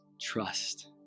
trust